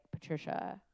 Patricia